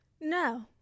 no